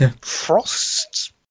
frosts